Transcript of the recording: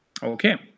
Okay